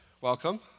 Welcome